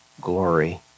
glory